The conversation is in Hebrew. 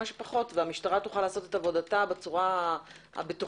שפחות והמשטרה תוכל לעשות עבודה בצורה הבטוחה,